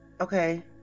Okay